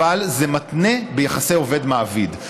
אבל זה מותנה ביחסי עובד מעביד.